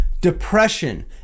Depression